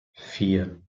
vier